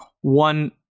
one